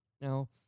Now